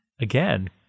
again